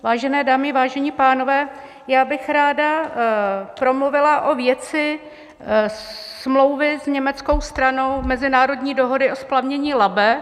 Vážené dámy, vážení pánové, já bych ráda promluvila o věci smlouvy s německou stranou, mezinárodní dohody o splavnění Labe.